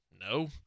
No